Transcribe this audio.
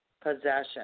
possession